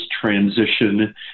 transition